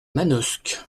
manosque